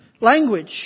Language